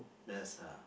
there's a